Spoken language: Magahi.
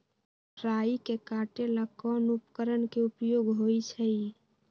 राई के काटे ला कोंन उपकरण के उपयोग होइ छई?